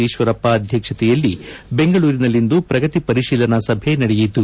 ಈಶ್ವರಪ್ಪ ಅಧ್ವಕ್ಷತೆಯಲ್ಲಿ ಬೆಂಗಳೂರಿನಲ್ಲಿಂದು ಪ್ರಗತಿ ಪರಿಶೀಲನಾ ಸಭೆ ನಡೆಯಿತು